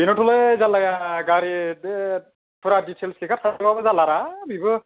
बेनोथ'लै जारलाया गारि बे फुरा दिथेल्स लेखा थाजोबाबा जारलारा बेबो